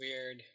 weird